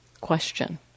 question